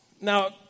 Now